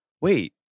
wait